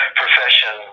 profession